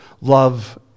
love